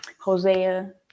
Hosea